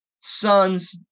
sons